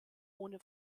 ohne